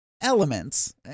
elements